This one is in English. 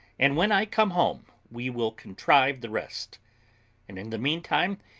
and when i come home we will contrive the rest and, in the meantime,